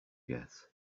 get